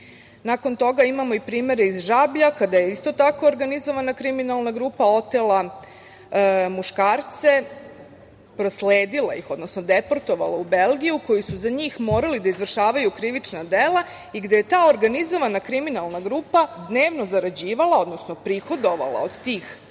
Nakon toga imamo i primere iz Žabljaka da je isto tako organizovana kriminalna grupa otela muškarce, prosledila ih, odnosno deportovala u Belgiju koji su za njih morali da izvršavaju krivična dela i gde je ta organizovana kriminalna grupa dnevno zarađivala, odnosno prihodovala od tih žrtava